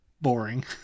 boring